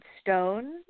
stone